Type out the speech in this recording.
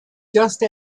just